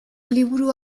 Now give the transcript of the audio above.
liburu